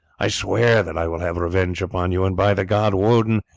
i swear that i will have revenge upon you, and, by the god wodin,